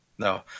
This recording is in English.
No